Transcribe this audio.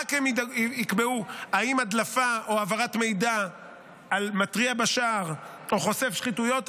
רק הם יקבעו אם הדלפה או העברת מידע על מתריע בשער או חושף שחיתויות,